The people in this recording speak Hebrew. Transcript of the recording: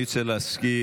אני רוצה להזכיר,